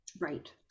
Right